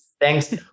Thanks